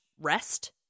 rest